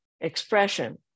expression